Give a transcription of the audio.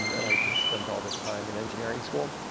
and i'd just spent all this time in engineering school.